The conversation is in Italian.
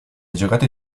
giocate